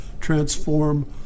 transform